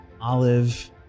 Olive